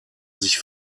sich